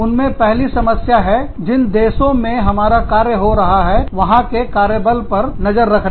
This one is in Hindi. उनसे पहली समस्या है जिन देशों में हमारा कार्य हो रहा है वहां के कार्यबल पर नजर रखना